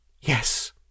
Yes